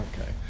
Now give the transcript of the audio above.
okay